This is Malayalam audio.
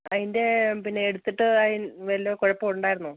അതിൻറ്റെ പിന്നെ എടുത്തിട്ട് വല്ല കുഴപ്പമുണ്ടായിരുന്നോ